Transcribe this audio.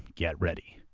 get ready.